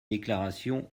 déclarations